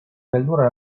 beldurra